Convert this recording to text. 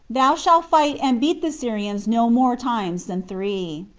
thou shalt fight and beat the syrians no more times than three,